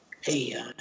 Hey